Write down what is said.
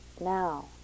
now